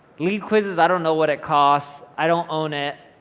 leadquizzes, i don't know what it costs. i don't own it.